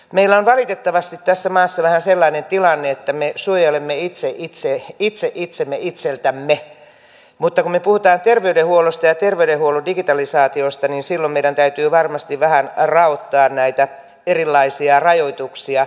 meillä on valitettavasti tässä maassa vähän sellainen tilanne että me suojelemme itse itsemme itseltämme mutta kun me puhumme terveydenhuollosta ja terveydenhuollon digitalisaatiosta niin silloin meidän täytyy varmasti vähän raottaa näitä erilaisia rajoituksia